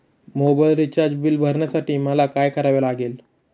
Mobile recharge bill भरण्यासाठी मला काय करावे लागेल?